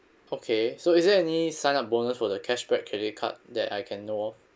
okay so is there any sign up bonus for the cashback credit card that I can know of